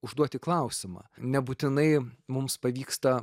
užduoti klausimą nebūtinai mums pavyksta